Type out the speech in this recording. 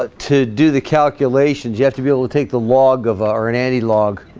ah to do the calculations you have to be able to take the log of ah or an anti log